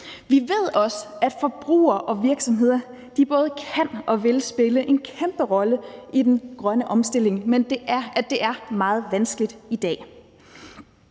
Vi ved også, at forbrugere og virksomheder både kan og vil spille en kæmpe rolle i den grønne omstilling, men det er meget vanskeligt i dag.